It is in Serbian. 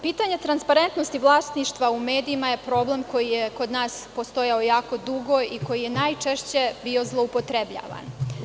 Pitanje transparentnosti vlasništva u medijima je problem koji je kod nas postojao jako dugo i koji je najčešće bio zloupotrebljavan.